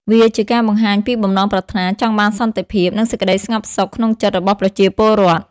វាជាការបង្ហាញពីបំណងប្រាថ្នាចង់បានសន្តិភាព និងសេចក្តីស្ងប់សុខក្នុងចិត្តរបស់ប្រជាពលរដ្ឋ។